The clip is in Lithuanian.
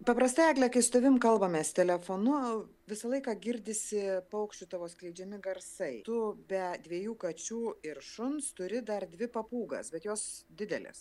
paprastai egle kai su tavim kalbamės telefonu visą laiką girdisi paukščių tavo skleidžiami garsai tu be dviejų kačių ir šuns turi dar dvi papūgas bet jos didelės